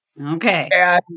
okay